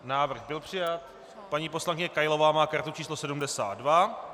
Návrh byl přijat. Paní poslankyně Kailová má kartu číslo 72.